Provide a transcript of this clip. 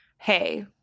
hey